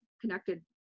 connected